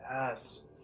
Yes